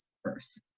first.